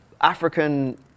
African